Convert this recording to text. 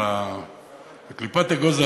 אבל בקליפת אגוז,